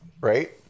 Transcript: right